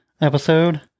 episode